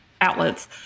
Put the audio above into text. outlets